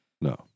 No